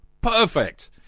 Perfect